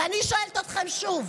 ואני שואלת אתכם שוב: